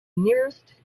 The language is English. nearest